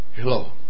Hello